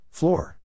Floor